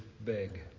beg